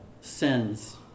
sins